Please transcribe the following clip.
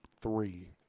three